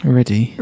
Ready